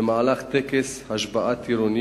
במהלך טקס השבעת טירונים